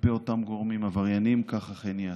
כלפי אותם גורמים עברייניים, כך אכן יעשה.